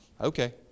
okay